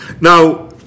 Now